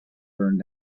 burned